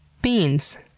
beans.